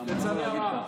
למה לדבר ככה?